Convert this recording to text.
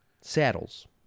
saddles